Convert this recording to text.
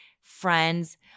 friends